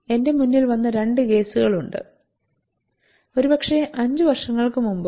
എന്റെ മുമ്പിൽ വന്ന രണ്ട് കേസുകളുണ്ട് ഒരുപക്ഷേ അഞ്ച് വർഷങ്ങൾക്ക് മുമ്പ്